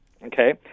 Okay